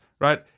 right